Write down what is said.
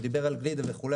ובגלל הגלידה וכו',